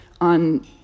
on